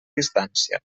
distància